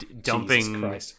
dumping